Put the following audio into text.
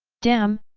damn,